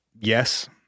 yes